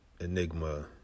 enigma